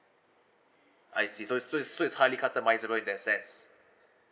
I see so it's so it's so it's highly customisable in the sets